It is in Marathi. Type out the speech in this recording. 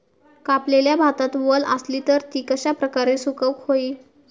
कापलेल्या भातात वल आसली तर ती कश्या प्रकारे सुकौक होई?